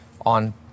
on